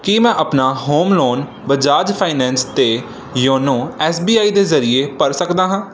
ਕੀ ਮੈਂ ਆਪਣਾ home loan Bajaj finance 'ਤੇ ਯੋਨੋ ਐੱਸ ਬੀ ਆਈ ਦੇ ਜ਼ਰੀਏ ਭਰ ਸਕਦਾ ਹਾਂ